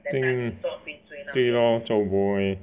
think 对 loh 做 bo eh